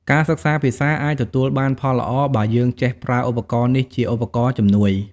ការសិក្សាភាសាអាចទទួលបានផលល្អបើយើងចេះប្រើឧបករណ៍នេះជាឧបករណ៍ជំនួយ។